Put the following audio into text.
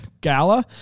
gala